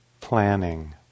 planning